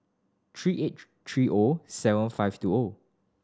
three eight three O seven five two O